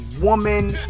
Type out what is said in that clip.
woman